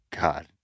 god